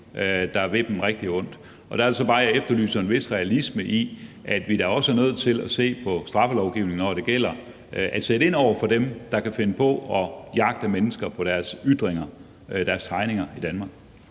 der vil dem rigtig ondt. Der er det så bare, at jeg efterlyser en vis realisme. Vi er da også nødt til at se på straffelovgivningen, når det gælder at sætte ind over for dem, der kan finde på at jagte mennesker for deres ytringer, deres tegninger i Danmark.